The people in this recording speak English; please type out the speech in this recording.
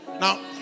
Now